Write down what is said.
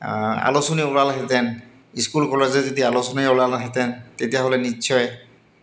আলোচনী ওলালহেঁতেন স্কুল কলেজে যদি আলোচনী ওলালহেঁতেন তেতিয়াহ'লে নিশ্চয়